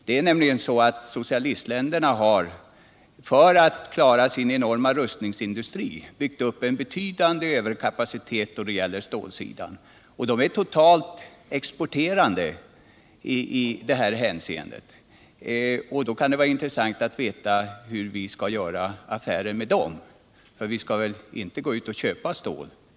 Det är nämligen så att socialistländerna, för att klara sin enorma rustningsindustri, har byggt upp en betydande överkapacitet när det gäller stålsidan, och de är totalt sett exporterande i detta hänseende. Det kan alltså vara intressant att få veta hur vi skall göra affärer med dem. För vi skall väl inte gå ut och köpa stål?